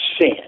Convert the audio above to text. sin